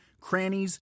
crannies